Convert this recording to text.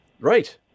right